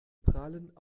prahlen